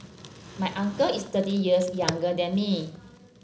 my uncle is thirty years younger than me